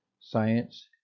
Science